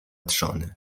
trzony